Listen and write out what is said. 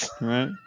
Right